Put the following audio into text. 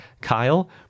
Kyle